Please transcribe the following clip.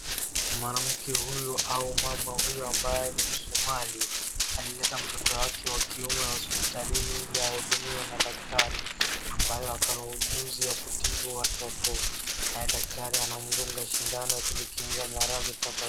Mwanamke huyu au mama huyu ambaye ni Msomali alileta mtoto wake wa kiume hospitalini ili ahudumiwe na daktari ambaye ako na ujuzi ya kutibu watoto. Naye daktari anamudunga sindano kujikinga maradhi tofauti.